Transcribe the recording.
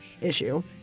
issue